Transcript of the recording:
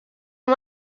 amb